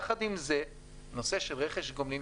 יחד עם זה נושא של רכש גומלין,